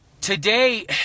today